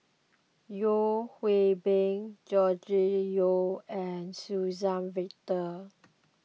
Yeo Hwee Bin Gregory Yong and Suzann Victor